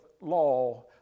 law